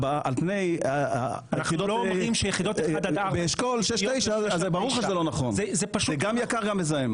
על פני יחידות 6-9 זה גם יקר וגם מזהם.